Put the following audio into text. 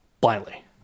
blindly